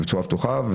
בצורה פתוחה.